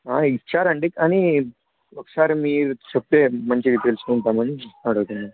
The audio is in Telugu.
ఇచ్చారండి కానీ ఒకసారి మీరు చెప్తే మంచిగ తెలుసుకుంటాను